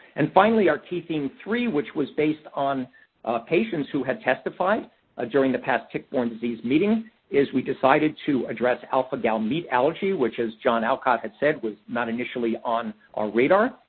and finally, our key theme three, which was based on patients who had testified ah during the past tick-borne tick-borne disease meeting is we decided to address alpha-gal meat allergy, which as john aucott had said, was not initially on our radar.